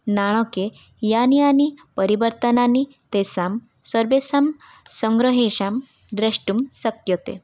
नाणके यानि यानि परिवर्तनानि तेषां सर्वेषां संग्रहे षां द्रष्टुं शक्यते